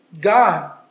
God